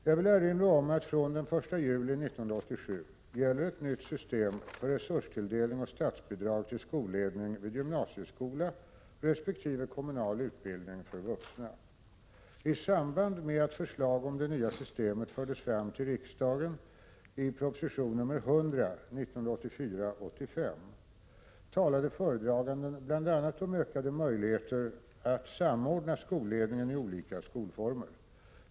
Jag vill erinra om att från den 1 juli 1987 gäller ett nytt system för resurstilldelning och statsbidrag till skolledning vid gymnasieskola resp. kommunal utbildning för vuxna. I samband med att förslag om det nya systemet fördes fram till riksdagen talade föredraganden bl.a. om ökade möjligheter att samordna skolledning i olika skolformer.